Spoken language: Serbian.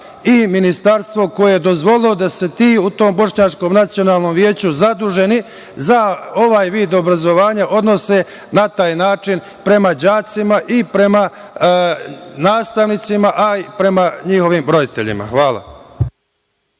i ministarstvo koje je dozvolilo da se ti u tom Bošnjačkom nacionalnom veću zaduženi za ovaj vid obrazovanja odnose na taj način prema đacima i prema nastavnicima, a i prema njihovim roditeljima. Hvala.